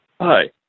hi